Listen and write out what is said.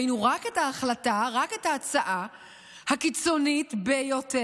ראינו רק את ההחלטה, רק את ההצעה הקיצונית ביותר,